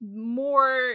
more